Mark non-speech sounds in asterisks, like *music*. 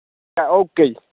*unintelligible* okay ਜੀ